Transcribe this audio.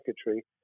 secretary